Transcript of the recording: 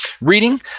reading